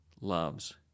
loves